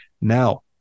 Now